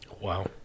Wow